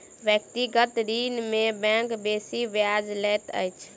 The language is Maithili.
व्यक्तिगत ऋण में बैंक बेसी ब्याज लैत अछि